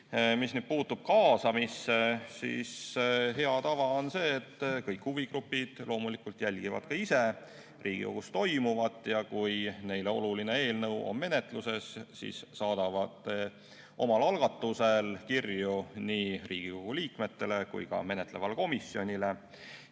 puutub kaasamisse, siis hea tava on see, et kõik huvigrupid loomulikult jälgivad ka ise Riigikogus toimuvat. Ja kui neile oluline eelnõu on menetluses, siis saadavad nad ka omal algatusel kirju nii Riigikogu liikmetele kui ka menetlevale komisjonile. Ja